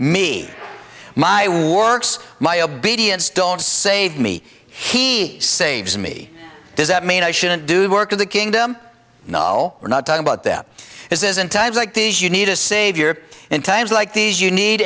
works my obedience don't save me he saves me does that mean i shouldn't do the work of the kingdom no we're not talking about them is in times like these you need a savior in times like these you need